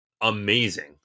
amazing